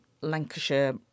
Lancashire